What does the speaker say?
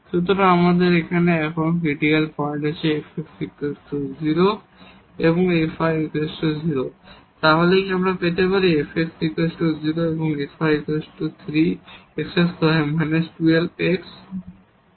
সুতরাং এখানে আমাদের এখন ক্রিটিকাল পয়েন্ট আছে fx 0 এবং fy 0 তাই আমরা কি পেতে পারি fx 0 হল fx 3 x2−12 x